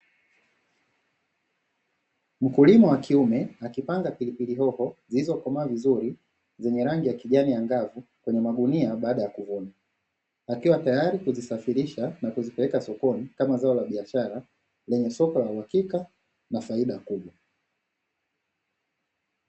Mkulima wa kiume na kipanga pilipili hoho zilizokomaa vizuri kwenye magunia, baada ya kurudi na kila tayari kuzisafirisha na kuzipeleka sokoni kama zao la biashara lenye soko la uhakika na faida kubwa.